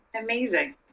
amazing